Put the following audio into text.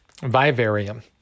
Vivarium